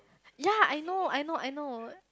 ya I know I know I know